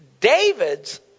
David's